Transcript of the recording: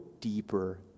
deeper